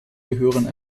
gehören